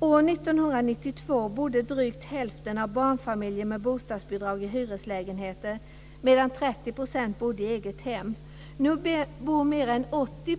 År 1992 bodde drygt hälften av barnfamiljer med bostadsbidrag i hyreslägenheter medan 30 % bodde i eget hem. Nu bor mer än 80